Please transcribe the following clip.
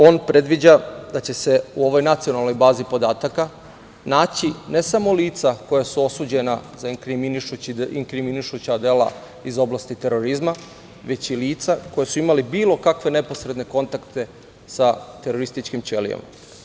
On predviđa da će se u ovoj nacionalnoj bazi podataka naći ne samo lica koja su osuđena za inkriminišuća dela iz oblasti terorizma, već i lica koja su imali bilo kakve neposredne kontakte sa terorističkim ćelijama.